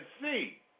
see